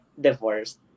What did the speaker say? divorced